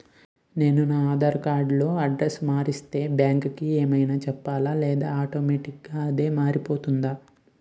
నేను నా ఆధార్ కార్డ్ లో అడ్రెస్స్ మార్చితే బ్యాంక్ కి ఏమైనా చెప్పాలా లేదా ఆటోమేటిక్గా అదే మారిపోతుందా?